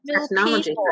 technology